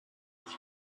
its